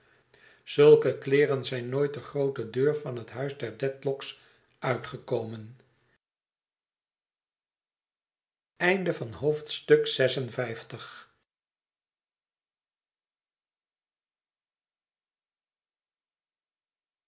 zulke kleeren zijn nooit de groote deur van het huis der dedlock's uitgekomen